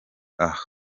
aha